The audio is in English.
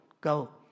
Go